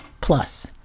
plus